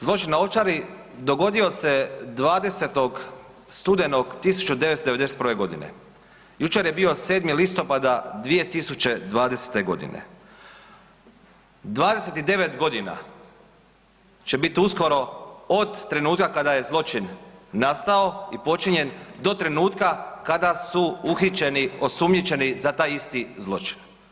Zločin na Ovčari dogodio se 20. studenog 1991. godine, jučer je bio 7. listopada 2020. godine, 29 godina će biti uskoro od trenutka kada je zločin nastao i počinjen do trenutka kada su uhićeni osumnjičeni za taj isti zločin.